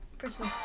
Christmas